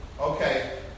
Okay